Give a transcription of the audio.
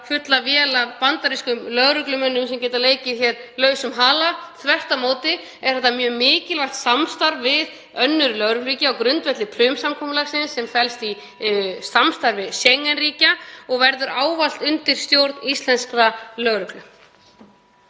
fulla vél af bandarískum lögreglumönnum sem geta leikið lausum hala. Þvert á móti er þetta mjög mikilvægt samstarf við önnur lögregluríki á grundvelli Prüm-samkomulagsins sem felst í samstarfi Schengen-ríkja og verður ávallt undir stjórn íslenskrar lögreglu.